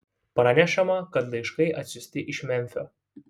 pranešama kad laiškai atsiųsti iš memfio